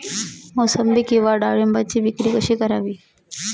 मोसंबी किंवा डाळिंबाची विक्री कशी करावी?